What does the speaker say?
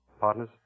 Partners